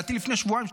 לדעתי לפני שבועיים,